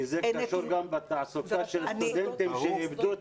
כי זה קשור גם בתעסוקה של סטודנטים שאיבדו את